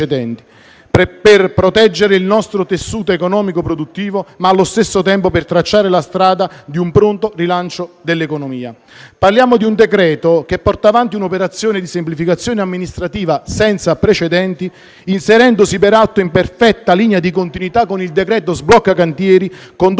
per proteggere il nostro tessuto economico produttivo ma, allo stesso tempo, per tracciare la strada di un pronto rilancio dell'economia. Parliamo di un decreto che porta avanti un'operazione di semplificazione amministrativa senza precedenti, inserendosi, peraltro, in perfetta linea di continuità con il decreto sblocca cantieri, condotto in porto durante il